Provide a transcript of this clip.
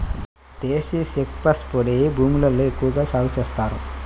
దేశీ chickpeas పొడి భూముల్లో ఎక్కువగా సాగు చేస్తారు